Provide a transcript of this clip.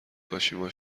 کاشیما